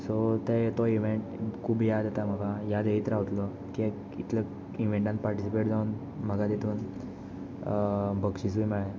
so ते तो event खूब याद येता म्हाका याद येत रावतलो कित्याक इतल्या इवेंटान पार्टिसीपेट जावन म्हाका तातूंत बक्षिसूय मेळ्ळें